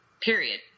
period